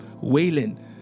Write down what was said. wailing